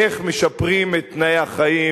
איך משפרים את תנאי החיים,